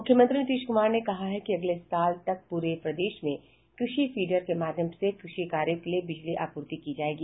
मुख्यमंत्री नीतीश कुमार ने कहा है कि अगले साल तक पूरे प्रदेश में कृषि फीडर के माध्यम से कृषि कार्यों के लिए बिजली आपूर्ति की जायेगी